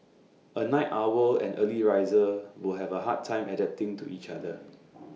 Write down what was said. A night owl and early riser will have A hard time adapting to each other